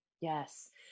Yes